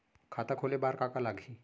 खाता खोले बार का का लागही?